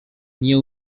nie